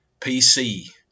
PC